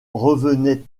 revenait